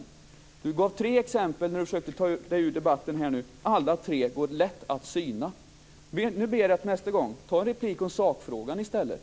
Ingegerd Wärnersson gav tre exempel när hon försökte ta sig ur debatten här. Alla tre är lätt att syna. Jag ber Ingegerd Wärnersson att i nästa replik ta upp sakfrågan i stället.